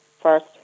first